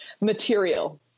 Material